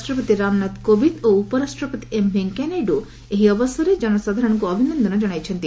ରାଷ୍ଟ୍ରପତି ରାମନାଥ କୋବିନ୍ଦ୍ ଓ ଉପରାଷ୍ଟ୍ରପତି ଏମ୍ ଭେଙ୍କିୟା ନାଇଡୁ ଏହି ଅବସରରେ ଜନସାଧାରଣଙ୍କୁ ଅଭିନନ୍ଦନ ଜଣାଇଛନ୍ତି